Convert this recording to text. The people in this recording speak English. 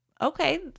Okay